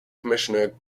commissioner